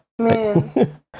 Man